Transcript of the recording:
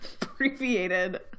abbreviated